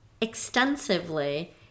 extensively